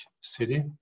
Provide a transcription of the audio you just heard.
city